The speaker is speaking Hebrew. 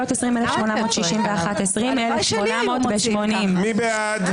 20,861 עד 20,880. מי בעד?